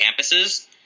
campuses